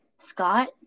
Scott